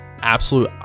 absolute